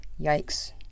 yikes